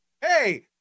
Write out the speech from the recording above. Hey